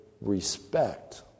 respect